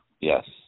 Yes